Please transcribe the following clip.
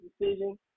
decision